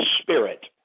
spirit